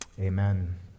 amen